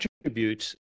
attributes